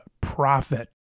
profit